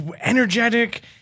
energetic